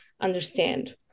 understand